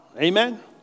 Amen